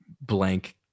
blank